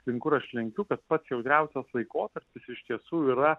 link kur aš linkiu kad pats jautriausias laikotarpis iš tiesų yra